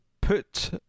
put